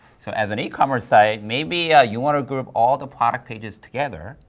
so as an ecommerce site, maybe ah you want to group all the product pages together.